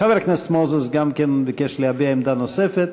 חבר הכנסת מוזס גם כן ביקש להביע עמדה נוספת.